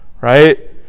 right